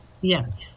Yes